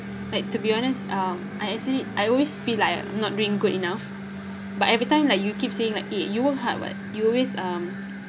like to be honest um I actually I always feel like I'm not doing good enough but every time like you keep saying like eh you work hard [what] you always um